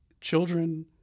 children